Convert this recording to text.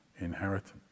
inheritance